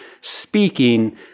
speaking